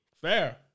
Fair